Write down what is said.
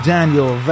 Daniel